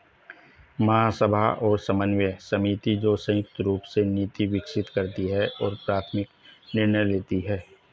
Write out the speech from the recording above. महासभा और समन्वय समिति, जो संयुक्त रूप से नीति विकसित करती है और प्राथमिक निर्णय लेती है